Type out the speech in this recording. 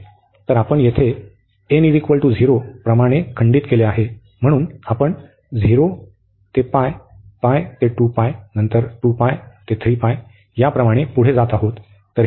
तर आपण येथे n 0 प्रमाणे खंडित केले आहे म्हणून आपण 0 ते ते नंतर ते याप्रमाणे पुढे जात आहोत